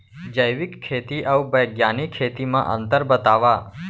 जैविक खेती अऊ बैग्यानिक खेती म अंतर बतावा?